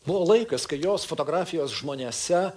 buvo laikas kai jos fotografijos žmonėse